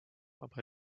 aber